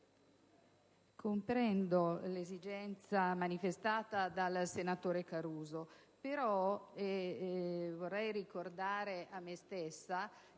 comprendo l'esigenza manifestata dal senatore Caruso. Vorrei però ricordare a me stessa